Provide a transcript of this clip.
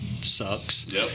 sucks